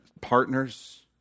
partners